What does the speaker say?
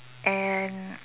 and